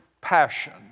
passion